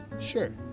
Sure